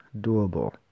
doable